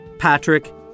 Patrick